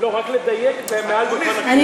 רק לדייק מעל דוכן הכנסת.